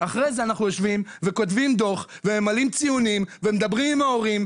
אחרי זה אנחנו יושבים וכותבים דוח וממלאים ציונים ומדברים עם ההורים,